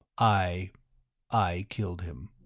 i i killed him.